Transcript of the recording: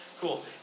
Cool